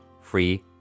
free